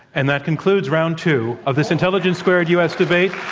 and that concludes round two of this intelligence squared u. s. debate,